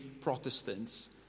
Protestants